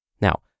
Now